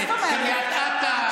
קריית אתא,